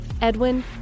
Edwin